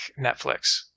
Netflix